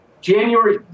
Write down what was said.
January